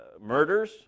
murders